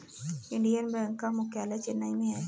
Indian bank का मुख्यालय चेन्नई में है